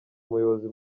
umuyobozi